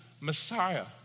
Messiah